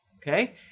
okay